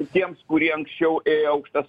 visiems kurie anksčiau ėjo aukštas